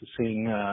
seeing